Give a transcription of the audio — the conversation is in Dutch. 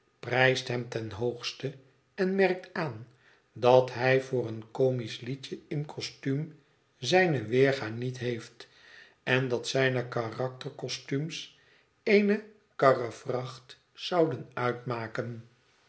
prijst hem ten hoogste en merkt aan dat hij voor een comisch liedje in costuum zijne weerga niet heeft en dat zijne karaktercostumes eene karrevracht zouden uitmaken